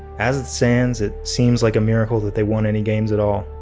as stands, it seems like a miracle that they won any games at all.